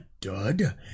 dud